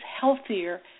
healthier